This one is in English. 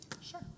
Sure